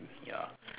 ya